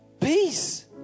Peace